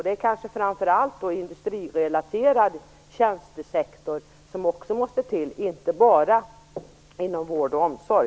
Det är kanske framför allt industrirelaterad tjänstesektor som då måste till, inte bara vård och omsorg.